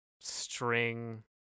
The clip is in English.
string